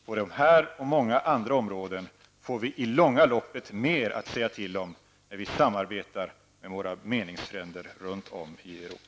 På de här och många andra områden får vi i långa loppet mer att säga till om när vi samarbetar med våra meningsfränder runt om i Europa.